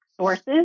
sources